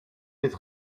dit